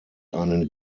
einen